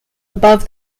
above